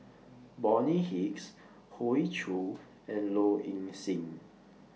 Bonny Hicks Hoey Choo and Low Ing Sing